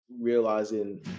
realizing